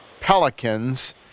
Pelicans